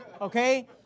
Okay